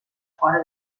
fora